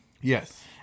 Yes